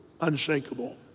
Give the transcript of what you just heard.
unshakable